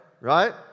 Right